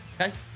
Okay